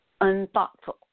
unthoughtful